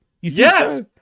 Yes